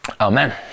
Amen